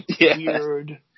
weird